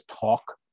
talk